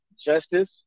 justice